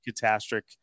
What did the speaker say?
catastrophic